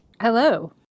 Hello